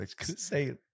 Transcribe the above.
say